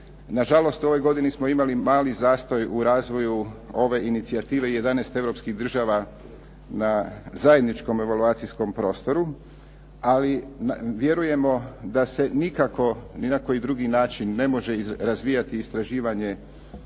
Nažalost, u ovoj godini smo imali mali zastoj u razvoju ove inicijative 11 europskih država na zajedničkom evaluacijskom prostoru ali vjerujemo da se nikako ni na koji drugi način ne može razvijati istraživanje